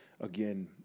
again